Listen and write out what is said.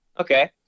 Okay